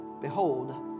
behold